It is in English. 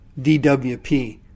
DWP